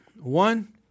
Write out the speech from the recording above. One